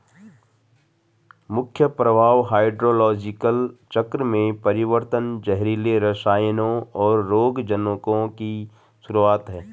मुख्य प्रभाव हाइड्रोलॉजिकल चक्र में परिवर्तन, जहरीले रसायनों, और रोगजनकों की शुरूआत हैं